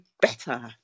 better